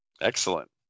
Excellent